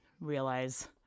realize